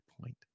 point